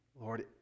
Lord